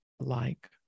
alike